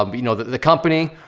um you know, the company,